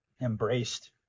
embraced